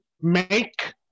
make